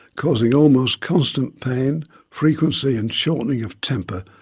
causing almost constant pain, frequency and shortening of temper,